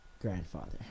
grandfather